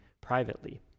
privately